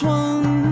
one